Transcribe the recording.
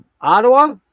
Ottawa